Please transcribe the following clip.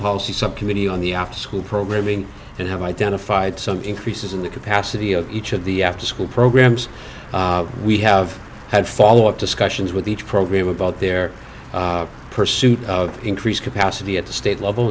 policy subcommittee on the after school programming and have identified some increases in the capacity of each of the afterschool programs we have had follow up discussions with each program about their pursuit of increased capacity at the state level